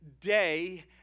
day